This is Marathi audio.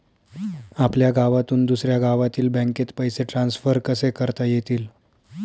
आपल्या गावातून दुसऱ्या गावातील बँकेत पैसे ट्रान्सफर कसे करता येतील?